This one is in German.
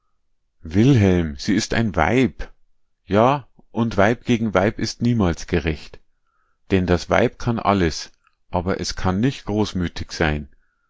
wilhelm sie ist ein weib ja und weib gegen weib ist niemals gerecht denn das weib kann alles aber es kann nicht großmütig sein